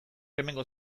hemengo